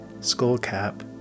skullcap